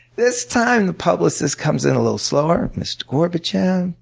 this time, the publicist comes in a little slower. mr. gorbachev,